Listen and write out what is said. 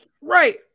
Right